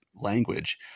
language